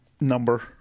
number